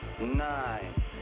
Nine